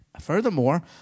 Furthermore